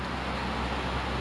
actually boleh juga ah